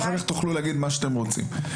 ואחר-כך תוכלו להגיד מה שאתם רוצים.